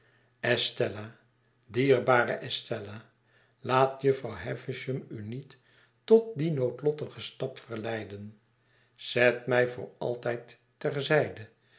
dierbare estella laat jufvrouw havisham u niet tot dien noodlottigen stap verleiden zet mij voor altijd